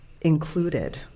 included